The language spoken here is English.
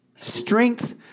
strength